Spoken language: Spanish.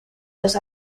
los